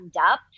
up